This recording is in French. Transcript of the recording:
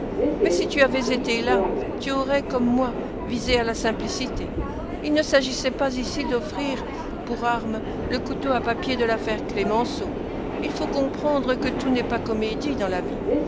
mais si tu avais été là tu aurais comme moi visé à la simplicité il ne s'agissait pas ici d'offrir pour armes le couteau à papier de l'affaire clémenceau il faut comprendre que tout n'est pas comédie dans la vie